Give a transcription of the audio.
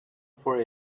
for